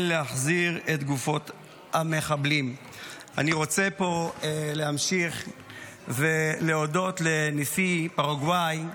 אני רוצה פה להמשיך ולהודות לנשיא פרגוואי.